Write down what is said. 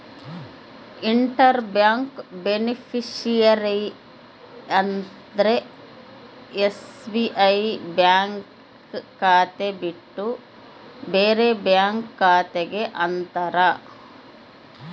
inter bank beneficiary ಅಂದ್ರ SBI bank ಖಾತೆ ಬಿಟ್ಟು ಬೇರೆ ಬ್ಯಾಂಕ್ ಖಾತೆ ಗೆ ಅಂತಾರ